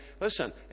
listen